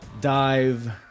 dive